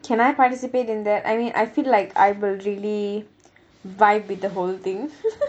can I participate in that I mean I feel like I will really vibe with the whole thing